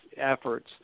efforts